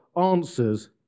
answers